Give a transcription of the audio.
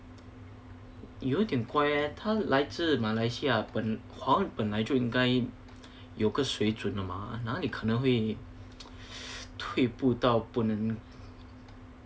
有一点怪呃他来自马来西亚华文本来就应该有个水准的嘛哪里可能会退步到不能